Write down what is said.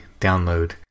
download